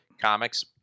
Comics